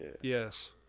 Yes